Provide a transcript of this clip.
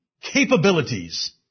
capabilities